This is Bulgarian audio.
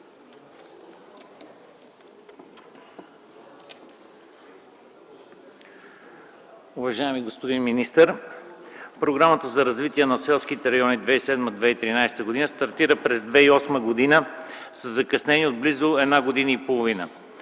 Уважаеми господин министър, Програмата за развитие на селските райони за периода 2007-2013 г. стартира през 2008 г. със закъснение от близо една година и половина.